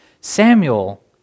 Samuel